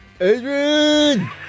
Adrian